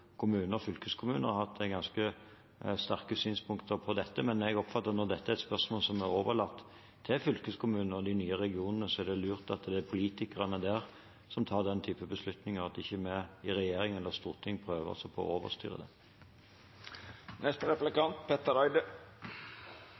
og Oslo fylkeskommune har hatt ganske sterke synspunkter på dette. Men jeg oppfatter at når dette er et spørsmål som er overlatt til fylkeskommunene og de nye regionene, er det lurt at det er politikerne der som tar den typen beslutninger, og at ikke vi i regjering eller Stortinget prøver å overstyre det.